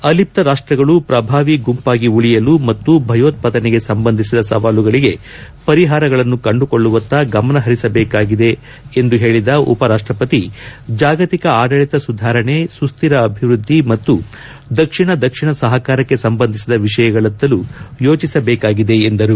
ಅಲಿಪ್ತ ರಾಷ್ಷಗಳು ಪ್ರಭಾವಿ ಗುಂಪಾಗಿ ಉಳಿಯಲು ಮತ್ತು ಭಯೋತ್ಪಾದನೆಗೆ ಸಂಬಂಧಿಸಿದ ಸವಾಲುಗಳಿಗೆ ಪರಿಹಾರಗಳನ್ನು ಕಂಡುಕೊಳ್ಳುವತ್ತ ಗಮನಹರಿಸಬೇಕಾಗಿದೆ ಎಂದು ಹೇಳಿದ ಉಪರಾಷ್ಟಪತಿ ಜಾಗತಿಕ ಆಡಳಿತ ಸುಧಾರಣೆ ಸುಸ್ವಿರ ಅಭಿವೃದ್ದಿ ಮತ್ತು ದಕ್ಷಿಣ ದಕ್ಷಿಣ ಸಹಕಾರಕ್ಕೆ ಸಂಬಂಧಿಸಿದ ವಿಷಯಗಳತ್ತಲೂ ಯೋಚಿಸಬೇಕಾಗಿದೆ ಎಂದರು